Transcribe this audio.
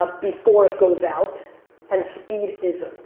ah before it goes out and speed isn't.